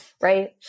right